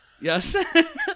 Yes